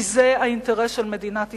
כי זה האינטרס של מדינת ישראל.